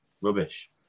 rubbish